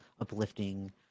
uplifting –